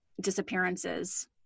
disappearances